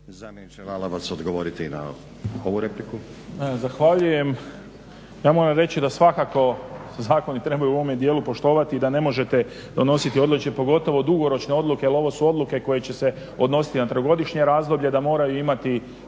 Zamjeniče Lalovac, odgovorite i na ovu repliku. **Lalovac, Boris** Zahvaljujem. Ja moram reći da svakako se trebaju u ovome dijelu poštovati i da ne možete donositi …, pogotovo dugoročne odluke jer ovo su odluke koje će se odnositi na trogodišnje razdoblje, da moraju imati,